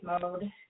mode